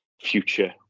future